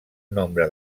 nombre